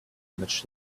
image